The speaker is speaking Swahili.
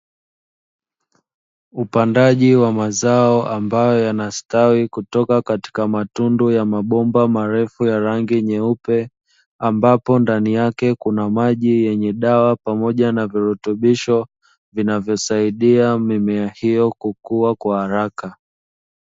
Upandaji wa mazao ambayo yanastawi kutoka katika matundu ya mabomba marefu ya rangi nyeupe, ambapo ndani yake kuna maji yenye dawa pamoja na virutubisho vinavyosaidia mimea hiyo kukua kwa haraka.